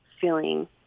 feeling